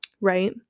Right